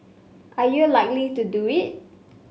are you likely to do it